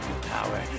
power